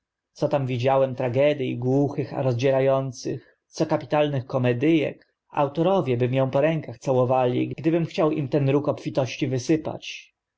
co tam widziałem tragedii głuchych a rozdziera ących co kapitalnych komedy ek autorowie by mię po rękach całowali gdybym chciał im ten róg obfitości wysypać